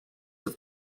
have